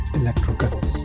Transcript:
electrocuts